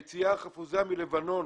היציאה החפוזה מלבנון